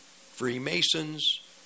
Freemasons